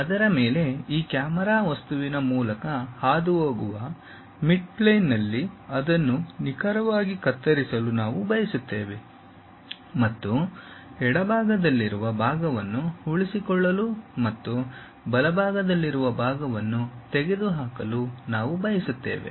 ಅದರ ಮೇಲೆ ಈ ಕ್ಯಾಮೆರಾ ವಸ್ತುವಿನ ಮೂಲಕ ಹಾದುಹೋಗುವ ಮಿಡ್ಪ್ಲೇನ್ನಲ್ಲಿ ಅದನ್ನು ನಿಖರವಾಗಿ ಕತ್ತರಿಸಲು ನಾವು ಬಯಸುತ್ತೇವೆ ಮತ್ತು ಎಡಭಾಗದಲ್ಲಿರುವ ಭಾಗವನ್ನು ಉಳಿಸಿಕೊಳ್ಳಲು ಮತ್ತು ಬಲಭಾಗದಲ್ಲಿರುವ ಭಾಗವನ್ನು ತೆಗೆದುಹಾಕಲು ನಾವು ಬಯಸುತ್ತೇವೆ